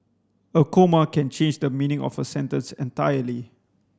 a comma can change the meaning of a sentence entirely